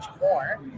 more